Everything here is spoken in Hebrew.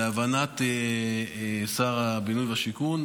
להבנת שר הבינוי והשיכון,